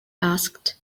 asked